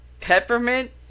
peppermint